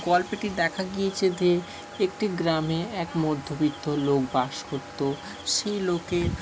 গল্পটি দেখা গিয়েছে যে একটি গ্রামে এক মধ্যবিত্ত লোক বাস করত সেই লোকের